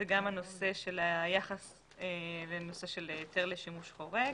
זה גם הנושא של נושא היתר לשימוש חורג,